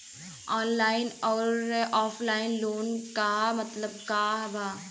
Online अउर offline loan क मतलब का बा?